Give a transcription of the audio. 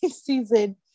season